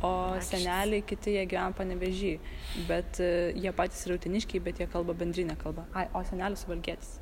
o seneliai kiti jie gyvena panevėžy bet jie patys yra uteniškiai bet jie kalba bendrine kalba o senelis suvalkietis